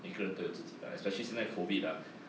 每个人都有自己的 especially 现在 COVID ah